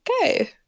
okay